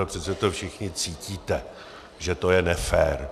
A přece to všichni cítíte, že to je nefér.